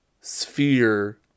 sphere